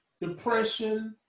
depression